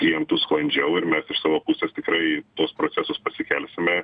klientus sklandžiau ir mes iš savo pusės tikrai tuos procesus pasikelsime